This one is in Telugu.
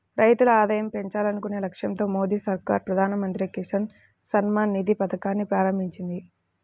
రైతుల ఆదాయం పెంచాలనే లక్ష్యంతో మోదీ సర్కార్ ప్రధాన మంత్రి కిసాన్ సమ్మాన్ నిధి పథకాన్ని ప్రారంభించింది